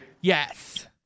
Yes